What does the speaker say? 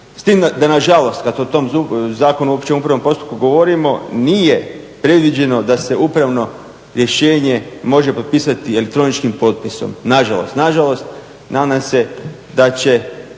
s tim da na žalost kad o tom Zakonu o općem upravnom postupku govorimo nije predviđeno da se upravno rješenje može potpisati elektroničkim potpisom. Na žalost. Nadam se da će